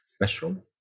mushroom